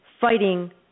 fighting